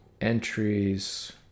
entries